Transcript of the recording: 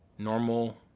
normal,